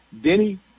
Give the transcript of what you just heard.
Denny